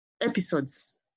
episodes